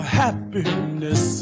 happiness